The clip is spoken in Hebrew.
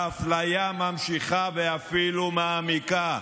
האפליה ממשיכה ואפילו מעמיקה.